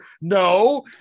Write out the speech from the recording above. no